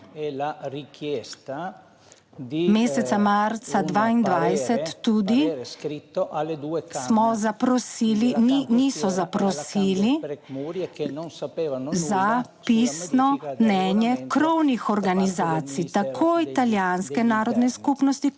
Meseca marca 2022 tudi niso zaprosili za pisno mnenje krovnih organizacij, tako italijanske narodne skupnosti